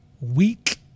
weak